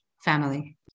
family